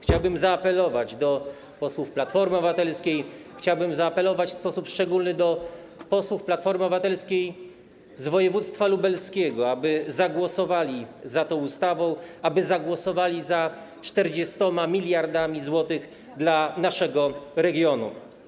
Chciałbym zaapelować do posłów Platformy Obywatelskiej, a w sposób szczególny do posłów Platformy Obywatelskiej z województwa lubelskiego, aby zagłosowali za tą ustawą, aby zagłosowali za 40 mld zł dla naszego regionu.